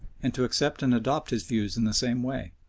and to accept and adopt his views in the same way,